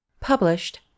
Published